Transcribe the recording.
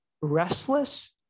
restless